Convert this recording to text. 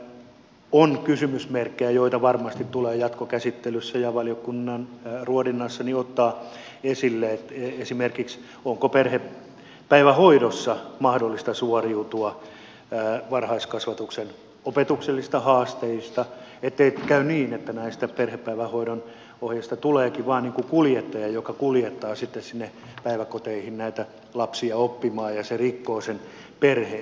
toki tässä on kysymysmerkkejä joita varmasti tulee jatkokäsittelyssä ja valiokunnan ruodinnassa ottaa esille esimerkiksi se onko perhepäivähoidossa mahdollista suoriutua varhaiskasvatuksen opetuksellisista haasteista ettei käy niin että näistä perhepäivähoidon ohjaajista tuleekin vain kuljettajia jotka kuljettavat sitten sinne päiväkoteihin näitä lapsia oppimaan mikä rikkoo sen perheen